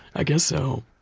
i guess so.